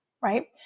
right